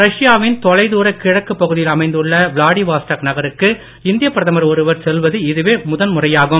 ரஷ்யாவின் தொலை தூர கிழக்குப் பகுதியில் அமைந்துள்ள விளாடிவாஸ்டாக் நகருக்கு இந்தியப் பிரதமர் செல்வது இதுவே முதல்முறையாகும்